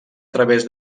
través